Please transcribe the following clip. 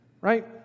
right